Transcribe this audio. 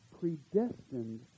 Predestined